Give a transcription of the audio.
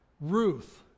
Ruth